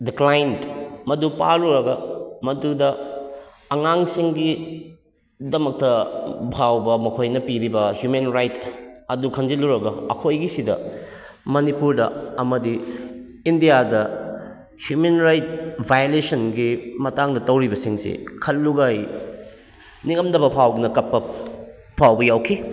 ꯗ ꯀ꯭ꯂꯥꯏꯟ ꯃꯗꯨ ꯄꯥꯔꯨꯔꯒ ꯃꯗꯨꯗ ꯑꯉꯥꯡꯁꯤꯡꯒꯤꯗꯃꯛꯇ ꯐꯥꯎꯕ ꯃꯈꯣꯏꯅ ꯄꯤꯔꯤꯕ ꯍ꯭ꯌꯨꯃꯦꯟ ꯔꯥꯏꯠ ꯑꯗꯨ ꯈꯪꯖꯤꯜꯂꯨꯔꯒ ꯑꯩꯈꯣꯏꯒꯤ ꯑꯁꯤꯗ ꯃꯅꯤꯄꯨꯔꯗ ꯑꯃꯗꯤ ꯏꯟꯗꯤꯌꯥꯗ ꯍ꯭ꯌꯨꯃꯦꯟ ꯔꯥꯏꯠ ꯚꯥꯏꯑꯣꯂꯦꯁꯟꯒꯤ ꯃꯇꯥꯡꯗ ꯇꯧꯔꯤꯕꯁꯤꯡꯁꯤ ꯈꯜꯂꯨꯒꯥꯏ ꯅꯤꯡꯉꯝꯗꯕ ꯐꯥꯎꯗꯨꯅ ꯀꯞꯄ ꯐꯥꯎꯕ ꯌꯥꯎꯈꯤ